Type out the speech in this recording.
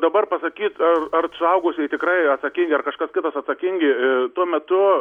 dabar pasakyt ar ar suaugusieji tikrai atsakingi ar kažkas kita atsakingi tuo metu